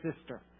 sister